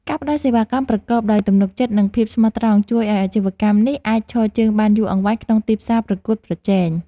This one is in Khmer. ការផ្ដល់សេវាកម្មប្រកបដោយទំនុកចិត្តនិងភាពស្មោះត្រង់ជួយឱ្យអាជីវកម្មនេះអាចឈរជើងបានយូរអង្វែងក្នុងទីផ្សារប្រកួតប្រជែង។